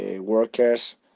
workers